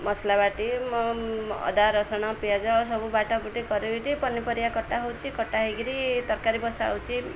ମସଲା ବାଟି ଅଦା ରସୁଣ ପିଆଜ ସବୁ ବାଟ ବୁଟି ପନିପରିବା କଟା ହେଉଛି କଟା ହେଇକିରି ତରକାରୀ ବସାହେଉଛି